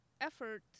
effort